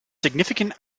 significant